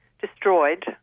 destroyed